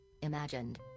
imagined